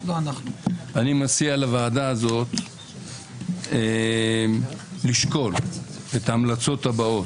אני מציע לוועדה הזאת לשקול את ההמלצות הבאות,